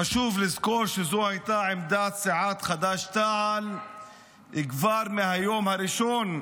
חשוב לזכור שזו הייתה עמדת סיעת חד"ש-תע"ל כבר מהיום הראשון.